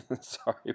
Sorry